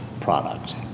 product